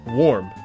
warm